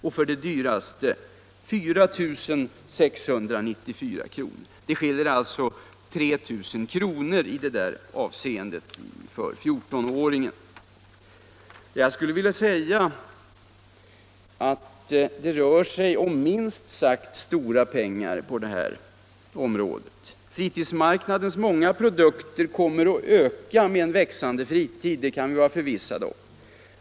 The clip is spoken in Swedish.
och för det dyraste 4 694 kr. Det skiljer alltså 3 000 kr. i det här hänseendet för fjortonåringen. Det rör sig om minst sagt stora pengar. Fritidsmarknadens många produkter kommer att öka med en växande fritid, det kan vi vara förvissade om.